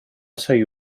seguir